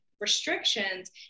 restrictions